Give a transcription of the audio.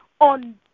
on